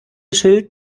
schild